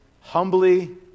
humbly